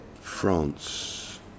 France